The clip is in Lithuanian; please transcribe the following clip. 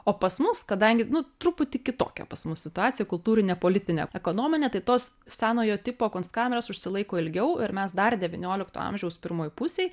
o pas mus kadangi nu truputį kitokia pas mus situacija kultūrine politine ekonomine tai tos senojo tipo kunstkameros užsilaiko ilgiau ir mes dar devyniolikto amžiaus pirmoj pusėj